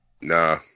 Nah